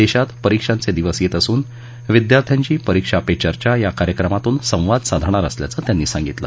देशात परिक्षांचे दिवस येत असून विद्यार्थ्याशी परिक्षा पे चर्चा या कार्यक्रमातून संवाद साधणार असल्याचं त्यांनी सांगितलं